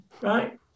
right